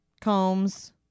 combs